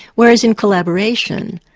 whereas in collaboration,